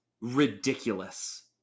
ridiculous